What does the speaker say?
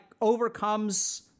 overcomes